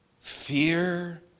fear